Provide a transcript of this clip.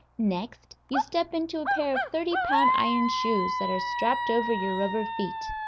next you step into a pair of thirty-pound iron shoes that are strapped over your rubber feet.